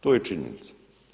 To je činjenica.